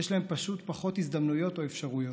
יש להם פשוט פחות הזדמנויות או אפשרויות.